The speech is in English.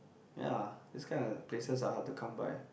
ya this kind of places are hard to come by